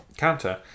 Counter